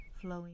flowing